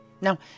Now